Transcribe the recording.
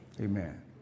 Amen